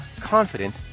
confident